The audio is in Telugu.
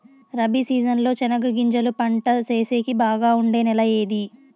రబి సీజన్ లో చెనగగింజలు పంట సేసేకి బాగా ఉండే నెల ఏది?